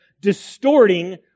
distorting